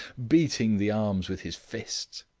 beating the arms with his fists.